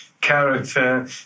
character